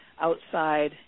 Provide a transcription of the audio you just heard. outside